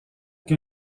que